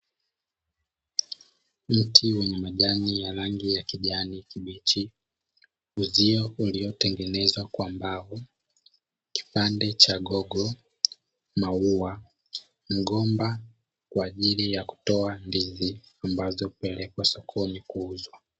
Mti wenye majani ya rangi ya kijani kibichi, uzio ulio tengenezwa kwa mbao, kipande cha gogo, maua, mgomba kwa ajili ya kutoa ndizi ambazo huepelekwa sokoni kuuzwa.